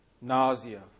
nausea